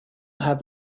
have